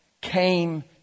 came